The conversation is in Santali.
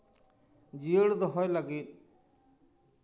ᱡᱤᱭᱟᱹᱲ ᱫᱚᱦᱚᱭ ᱞᱟᱹᱜᱤᱫ